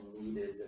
needed